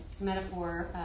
metaphor